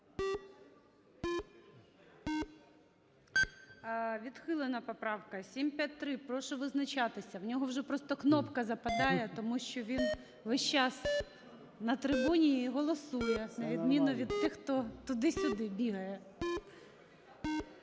Відхилена поправка. 753-я. Прошу визначатися. У нього вже просто кнопка западає, тому що він весь час на трибуні і голосує, на відміну від тих, хто туди сюди бігає.